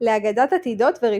להגדת עתידות וריפוי.